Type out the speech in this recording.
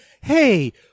hey